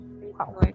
Wow